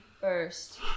first